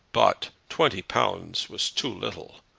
but twenty pounds was too little,